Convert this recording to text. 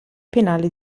penale